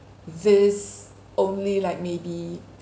this only like maybe